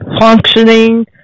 functioning